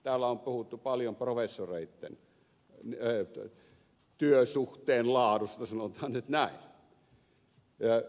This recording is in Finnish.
täällä on puhuttu paljon professoreitten työsuhteen laadusta sanotaan nyt näin